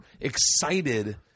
excited